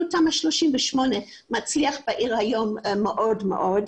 תמ"א 38 מצליחה היום בעיר מאוד מאוד,